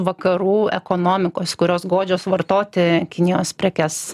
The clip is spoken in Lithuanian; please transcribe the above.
vakarų ekonomikos kurios godžios vartoti kinijos prekes